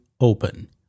Open